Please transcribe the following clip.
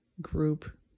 group